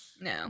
no